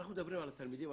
אנחנו מדברים על התלמידים.